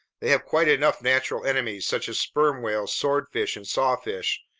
they have quite enough natural enemies, such as sperm whales, swordfish, and sawfish,